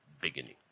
beginning